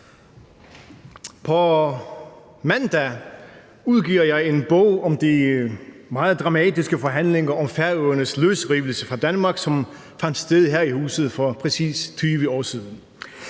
På mandag udgiver jeg en bog om de meget dramatiske forhandlinger om Færøernes løsrivelse fra Danmark, som fandt sted her i huset for præcis 20 år siden.